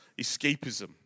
escapism